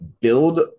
Build